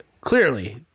Clearly